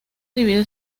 divide